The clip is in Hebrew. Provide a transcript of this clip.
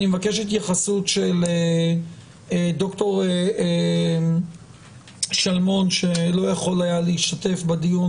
אני מבקש התייחסות של דוקטור שלמון שלא יכול היה להשתתף בדיון